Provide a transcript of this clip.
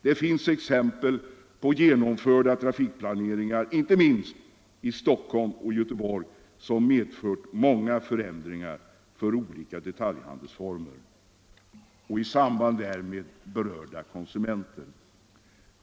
Det finns inte minst i Stockholm och i Göteborg exempel på genomförda trafikplaneringar som medfört många förändringar för olika detaljhandelsformer och i samband därmed för berörda konsumenter.